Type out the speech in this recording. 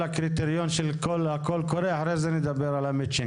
הקריטריון של קול הקורא ואחרי זה נדבר על התיאום.